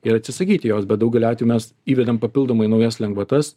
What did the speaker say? ir atsisakyti jos bet daugeliu atveju mes įvedam papildomai naujas lengvatas